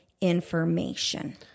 information